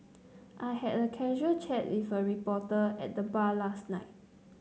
I had a casual chat with a reporter at the bar last night